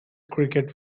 cricket